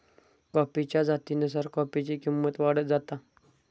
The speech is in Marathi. कॉफीच्या जातीनुसार कॉफीची किंमत वाढत जाता